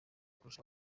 kurusha